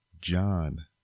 John